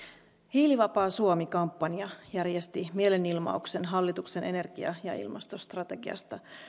hiilivapaa suomi kampanja järjesti mielenilmauksen hallituksen energia ja ilmastostrategiasta